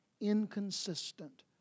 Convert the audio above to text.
inconsistent